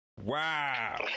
Wow